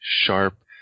sharp